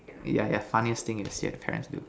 yeah yeah funniest thing you've seen your parents do